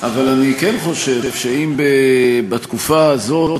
אבל אני כן חושב שאם בתקופה הזאת,